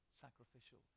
sacrificial